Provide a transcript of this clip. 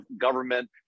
government